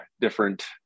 different